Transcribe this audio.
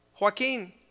Joaquin